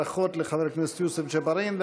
ברכות לחבר הכנסת יוסף ג'בארין.